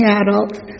adults